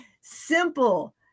Simple